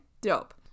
Dope